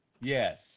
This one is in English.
Yes